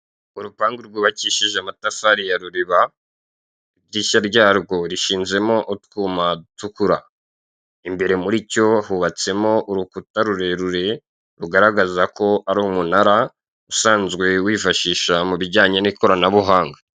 Urupangu rwubakishije amatafari ya ruriba, idirishya ryarwo rishinzemo utwuma ducukura, imbere muri cyo hubatsemo urukura rurerure, rugaragazako ari umunara usanzwe wifashisha mu bijyanye ikoranabuhanga.